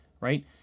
right